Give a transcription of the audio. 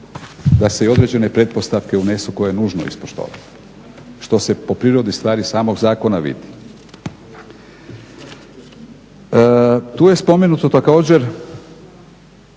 da se i određene pretpostavke unesu koje je nužno ispoštovati. što se po prirodi stvari i samog zakona vidi. Tu je spomenuto također,